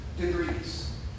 degrees